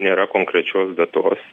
nėra konkrečios datos